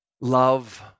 love